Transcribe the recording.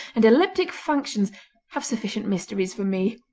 and elliptic functions have sufficient mysteries for me